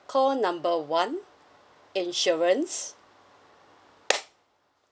call number one insurance